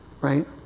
right